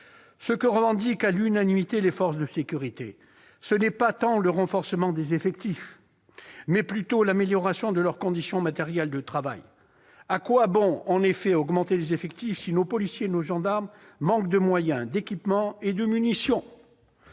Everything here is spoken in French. Ce que revendiquent à l'unanimité les forces de sécurité, ce n'est pas le renforcement des effectifs, mais plutôt l'amélioration de leurs conditions matérielles de travail. À quoi bon, en effet, augmenter les effectifs si nos policiers et nos gendarmes manquent de moyens, d'équipements et de munitions ?